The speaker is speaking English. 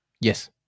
Yes